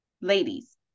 ladies